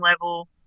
level